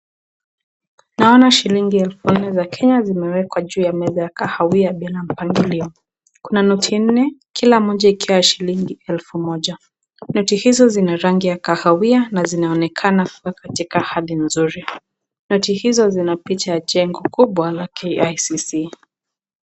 Naona shilingi elfu nne za Kenya zimewekwa juu ya meza ya kahawia bila mpangilio. Kuna noti nne, kila moja ikiwa ya shilingi elfu moja. Noti hizo ni za rangi ya kahawia na zinaonekana kuwa katika hali nzuri. Noti hizo zina picha ya jengo kubwa la KICC.